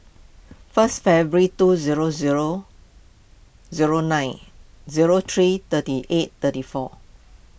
first February two zero zero zero nine zero three thirty eight thirty four